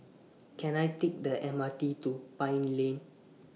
Can I Take The M R T to Pine Lane